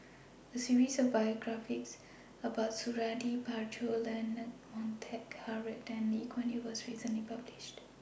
A series of biographies about Suradi Parjo Leonard Montague Harrod and Lee Kuan Yew was recently published